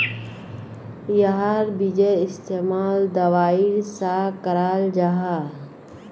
याहार बिजेर इस्तेमाल दवाईर सा कराल जाहा